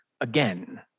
again